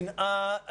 שנאה,